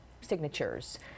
signatures